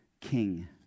king